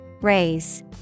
Raise